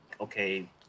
okay